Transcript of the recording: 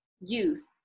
youth